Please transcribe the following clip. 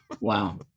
Wow